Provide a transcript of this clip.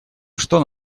что